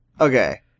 Okay